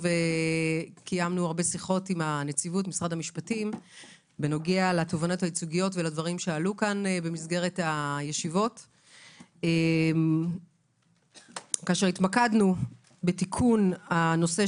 השעה היא 11:45. התכנסנו כדי